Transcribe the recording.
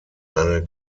eine